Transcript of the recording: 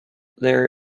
there